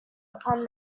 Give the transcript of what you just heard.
upon